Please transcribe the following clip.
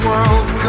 world